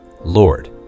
Lord